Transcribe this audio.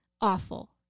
awful